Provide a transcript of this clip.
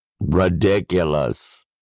ridiculous